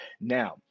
Now